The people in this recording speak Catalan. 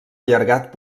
allargat